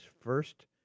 first